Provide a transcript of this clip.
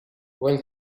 when